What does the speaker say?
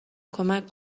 کمک